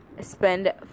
spend